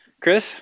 Chris